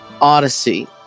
Odyssey